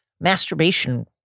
masturbation